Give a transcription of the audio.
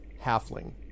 halfling